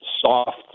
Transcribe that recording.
soft